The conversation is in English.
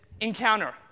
encounter